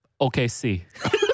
OKC